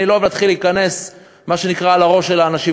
כי אני לא אוהב להתחיל להיכנס לראש של האנשים,